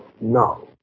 no